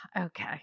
Okay